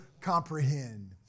comprehend